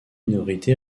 minorité